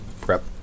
prep